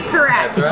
Correct